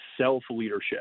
self-leadership